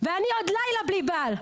ואני עוד לילה בלי בעל,